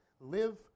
Live